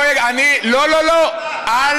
מה, אתה רוצה שאני, לא, לא, לא.